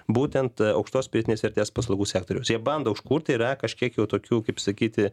būtent aukštos pridėtinės vertės paslaugų sektoriaus jie bando užkurti yra kažkiek jau tokių kaip sakyti